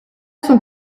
son